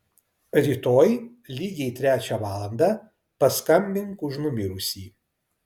rytoj lygiai trečią valandą paskambink už numirusį